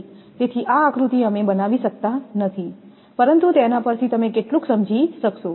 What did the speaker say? તેથી આ આકૃતિ અમે બનાવી શકતા નથી પરંતુ તેના પરથી તમે કેટલુંક સમજી શકશો